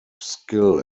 skill